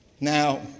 Now